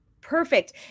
Perfect